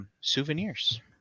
souvenirs